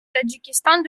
tadjikistan